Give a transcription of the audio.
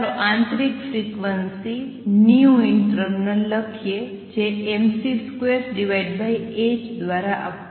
ચાલો આંતરિક frequency internal લખીએ જે mc2h દ્વારા આપવામાં આવે છે